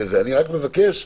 אני מבקש,